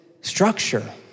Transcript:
structure